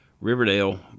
Riverdale